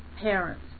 parents